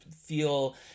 feel